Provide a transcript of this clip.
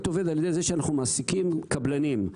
על ידי זה שאנחנו מעסיקים קבלנים.